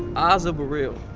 eyes of a real.